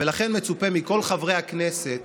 ולכן מצופה מכל חברי הכנסת